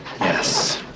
Yes